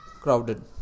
crowded